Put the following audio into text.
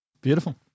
Beautiful